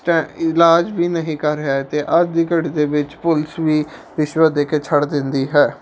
stay ਇਲਾਜ ਵੀ ਨਹੀਂ ਕਰ ਰਿਹਾ ਅਤੇ ਅੱਜ ਦੀ ਘੜੀ ਦੇ ਵਿੱਚ ਪੁਲਿਸ ਵੀ ਰਿਸ਼ਵਤ ਦੇ ਕੇ ਛੱਡ ਦਿੰਦੀ ਹੈ